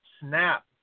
snap